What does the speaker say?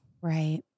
Right